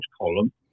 column